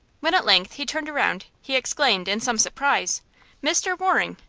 when at length he turned around he exclaimed, in some surprise mr. waring!